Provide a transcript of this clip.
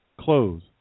close